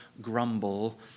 grumble